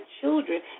children